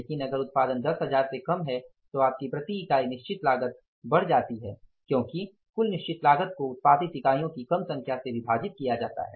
लेकिन अगर उत्पादन 10 हजार से कम है तो आपकी प्रति यूनिट निश्चित लागत बढ़ जाती है क्योंकि कुल निश्चित लागत को उत्पादित इकाइयों की कम संख्या से विभाजित किया जाएगा